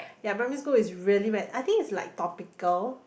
ya private school is really bad I think is like topical